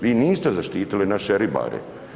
Vi niste zaštitili naše ribare.